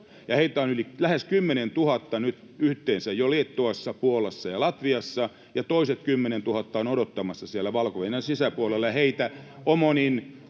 Heitä on lähes 10 000 nyt yhteensä jo Liettuassa, Puolassa ja Latviassa, ja toiset 10 000 on odottamassa siellä Valko-Venäjän sisäpuolella, ja heitä Omonin